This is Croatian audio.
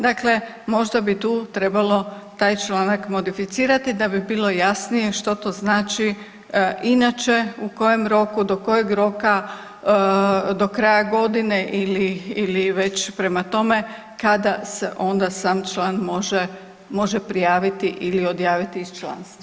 Dakle možda bi tu trebalo taj članak modificirati da bi bilo jasnije što to znači inače u kojem roku, do kojeg roka, do kraja godine ili već prema tome kada se onda sam član može prijaviti ili odjaviti iz članstva.